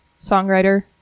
songwriter